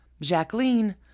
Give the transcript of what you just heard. Jacqueline